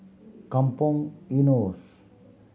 Kampong Eunos